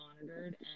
monitored